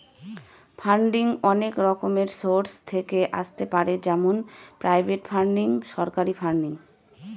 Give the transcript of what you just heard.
funding অনেক রকমের source থেকে আসতে পারে যেমন প্রাইভেট ফান্ডিং, সরকারি ফান্ডিং